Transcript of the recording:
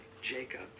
Jacob